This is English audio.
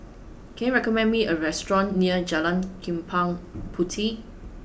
can you recommend me a restaurant near Jalan Chempaka Puteh